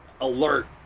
alert